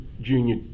junior